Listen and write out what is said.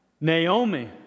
Naomi